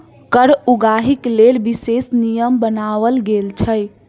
कर उगाहीक लेल विशेष नियम बनाओल गेल छै